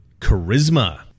Charisma